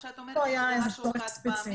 פה זה איזה צורך ספציפי.